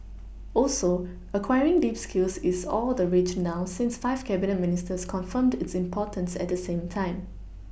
also acquiring deep skills is all the rage now since five Cabinet Ministers confirmed its importance at the same time